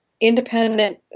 independent